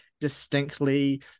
distinctly